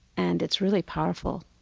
and it's really powerful,